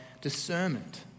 discernment